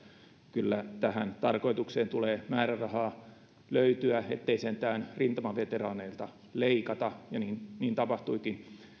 kyllä tähän tarkoitukseen tulee määrärahaa löytyä ettei sentään rintamaveteraaneilta leikata ja niin niin tapahtuikin